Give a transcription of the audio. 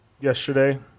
yesterday